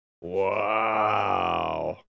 Wow